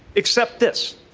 except this.